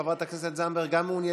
גם חברת הכנסת זנדברג מעוניינת.